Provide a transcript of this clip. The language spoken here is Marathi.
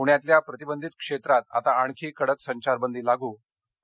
पूण्यातल्या प्रतिबंधित क्षेत्रात आता आणखी कडक संचारबंदी लागू आणि